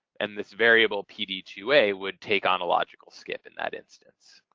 and this variable, p d two a would take on a logical skip in that instance.